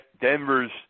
Denver's